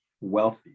wealthy